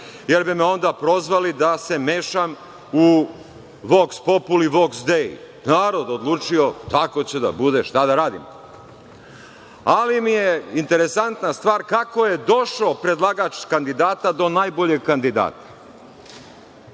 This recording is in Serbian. jer bi me onda prozvali da se mešam uvoks populi voks dei. Narod odlučio kako će da bude, šta da radimo. Ali, mi je interesantna stvar kako je došao predlagač kandidata do najboljeg kandidata. Znači,